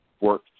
work